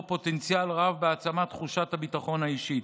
פוטנציאל רב להעצמת תחושת הביטחון האישית.